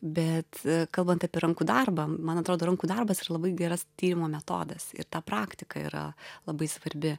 bet kalbant apie rankų darbą man atrodo rankų darbas yra labai geras tyrimo metodas ir ta praktika yra labai svarbi